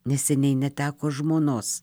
neseniai neteko žmonos